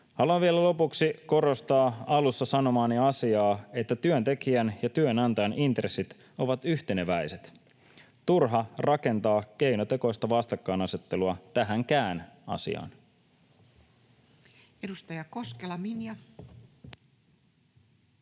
Haluan vielä lopuksi korostaa alussa sanomaani asiaa, että työntekijän ja työnantajan intressit ovat yhteneväiset. Turha rakentaa keinotekoista vastakkainasettelua tähänkään asiaan.